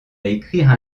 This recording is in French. écrire